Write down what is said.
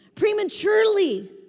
Prematurely